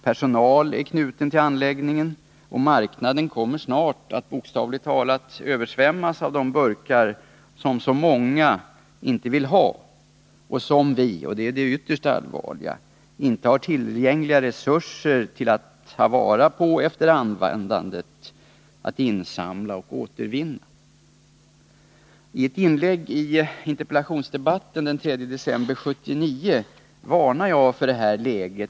Personal är knuten till anläggningen, och marknaden kommer snart att bokstavligt talat översvämmas av de burkar som så många inte vill ha och som vi— och det är det ytterst allvarliga — inte har tillgängliga resurser att ta vara på eller att efter användandet insamla och återvinna. I ett inlägg i interpellationsdebatten den 3 december 1979 varnade jag för detta läge.